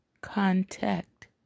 contact